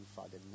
Father